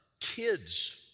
kids